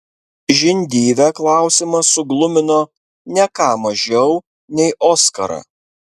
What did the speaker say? žindyvę klausimas suglumino ne ką mažiau nei oskarą